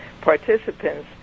participants